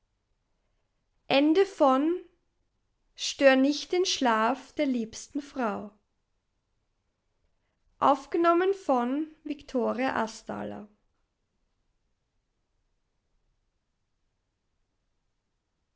stör nicht den schlaf der liebsten frau